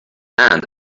and